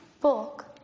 book